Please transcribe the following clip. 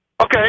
Okay